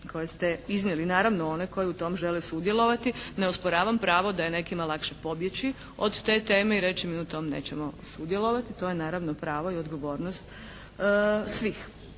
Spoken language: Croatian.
koje ste iznijeli. Naravno, one koji u tom žele sudjelovati ne osporavam pravo da je nekima lakše pobjeći od te teme i reći mi u tome nećemo sudjelovati. To je naravno pravo i odgovornost svih.